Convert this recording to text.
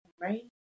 right